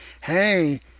hey